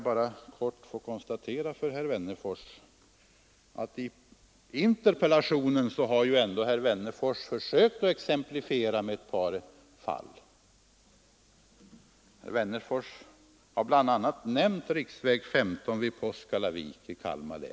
I sin interpellation har herr Wennerfors ändå försökt att exemplifiera med ett par fall. Han har bl.a. nämnt riksväg 15 vid Påskallavik i Kalmar län.